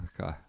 okay